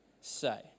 say